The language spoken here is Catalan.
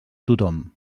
tothom